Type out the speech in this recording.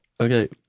Okay